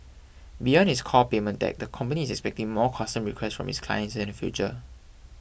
beyond its core payment tech the company is expecting more custom requests from its clients in the future